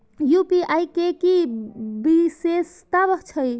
UPI के कि विषेशता छै?